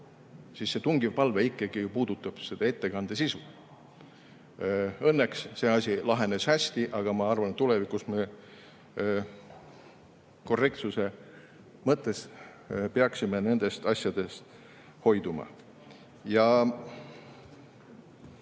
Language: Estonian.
siis see tungiv palve puudutab ju ikkagi seda ettekande sisu. Õnneks see asi lahenes hästi, aga ma arvan, et tulevikus me peaksime korrektsuse mõttes nendest asjadest hoiduma.